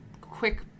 quick